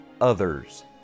others